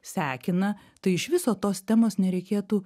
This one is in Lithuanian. sekina tai iš viso tos temos nereikėtų